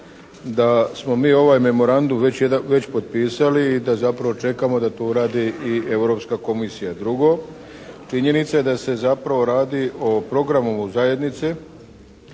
da smo mi ovaj memorandum već potpisali i da zapravo čekamo da to uradi i Europska komisija. Drugo, činjenica je da se zapravo radi o programu zajednice